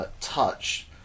Touch